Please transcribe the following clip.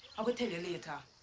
i will tell you later.